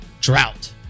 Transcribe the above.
drought